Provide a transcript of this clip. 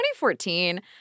2014